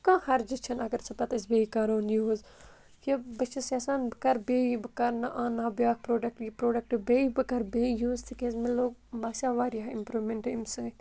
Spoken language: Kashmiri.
کانٛہہ حَرجہِ چھِنہٕ اَگَر سُہ پَتہٕ أسۍ بیٚیہِ کَرون یوٗز کہِ بہٕ چھَس یَژھان بہٕ کَرٕ بیٚیہِ بہٕ کَرٕ نہٕ آنا بیٛاکھ پرٛوڈَکٹ یہِ پرٛوڈَکٹ بیٚیہِ بہٕ کَرٕ بیٚیہِ یوٗز تِکیٛازِ مےٚ لوٚگ باسیو واریاہ اِمپرٛوٗمیٚنٛٹ اَمہِ سۭتۍ